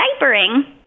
diapering